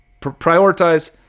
Prioritize